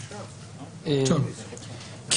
נכון, שמעתי.